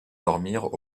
dormir